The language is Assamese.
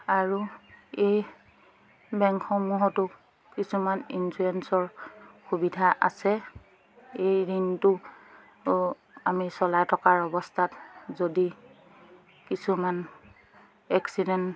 আৰু এই বেংকসমূহতো কিছুমান ইঞ্চুৰেঞ্চৰ সুবিধা আছে এই ঋণটো আমি চলাই থকাৰ অৱস্থাত যদি কিছুমান এক্সিডেণ্ট